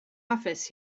office